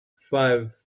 five